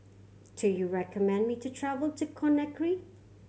do you recommend me to travel to Conakry